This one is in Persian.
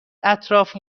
اطراف